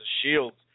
Shields